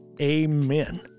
Amen